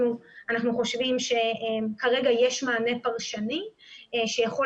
אנחנו חושבים שכרגע יש מענה פרשני שיכול